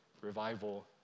revival